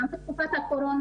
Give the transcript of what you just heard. גם בתקופת הקורונה,